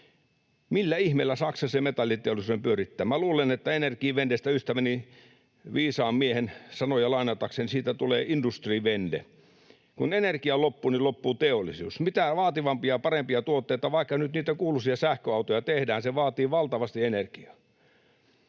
Millä ihmeellä Saksa sen metalliteollisuuden pyörittää? Luulen, että Energiewendestä ystäväni, viisaan miehen, sanoja lainatakseni tulee Industriewende. Kun energia loppuu, loppuu teollisuus. Mitä vaativampia, parempia tuotteita, vaikka nyt niitä kuuluisia sähköautoja, tehdään, se vaatii valtavasti energiaa.